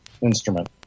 instrument